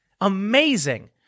Amazing